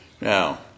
Now